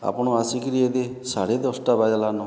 ଆପଣ ଆସିକିରି ୟେଦି ସାଡ଼େ ଦଶଟା ବାଜିଲାନ